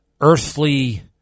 earthly